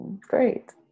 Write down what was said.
great